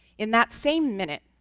in that same minute,